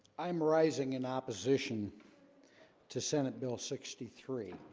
i'm rising in opposition to senate bill sixty three